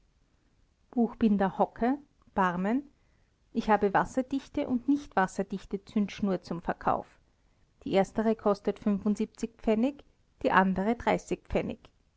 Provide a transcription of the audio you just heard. buchbinder hocke barmen ich habe wasserdichte und nichtwasserdichte zündschnur zum verkauf die erstere kostet pf die andere